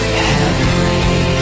heavenly